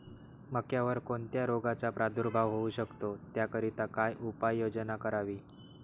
मक्यावर कोणत्या रोगाचा प्रादुर्भाव होऊ शकतो? त्याकरिता काय उपाययोजना करावी?